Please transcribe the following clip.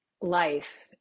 life